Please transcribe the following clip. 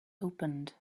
opened